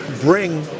bring